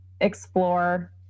explore